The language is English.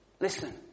Listen